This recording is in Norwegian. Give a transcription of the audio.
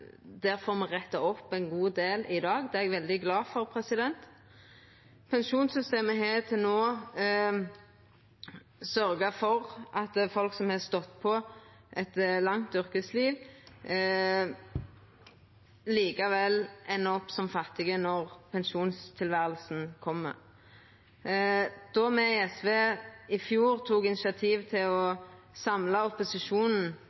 får me retta opp ein god del i dag, og det er eg veldig glad for. Pensjonssystemet har til no sørgt for at folk som har stått på eit langt yrkesliv, likevel endar opp som fattige når pensjonstilværet kjem. Då me i SV i fjor tok initiativ til å samla opposisjonen